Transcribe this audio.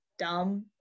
dumb